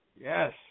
Yes